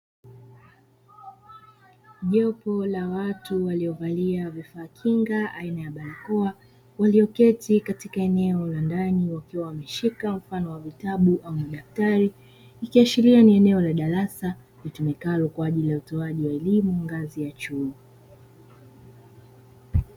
Jopo la watu waliovalia vifaa kinga aina ya ya barakoa, walioketi katika eneo la ndani wakiwa wameshika mfano wa vitabu ama daftari, ikiashiria ni eneo la darasa litumikalo kwa ajili ya utoaji wa elimu ngazi ya chuo.